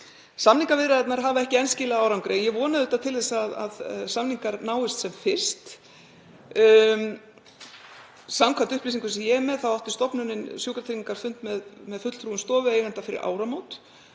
Samningaviðræðurnar hafa ekki enn skilað árangri. Ég vonast auðvitað til þess að samningar náist sem fyrst. Samkvæmt upplýsingum sem ég er með þá áttu Sjúkratryggingar fund með fulltrúum stofueiganda fyrir áramót